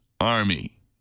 army